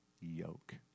yoke